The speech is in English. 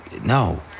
No